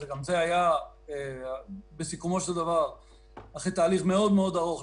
גם זה היה בסיכומו של דבר אחרי תהליך מאוד-מאוד ארוך.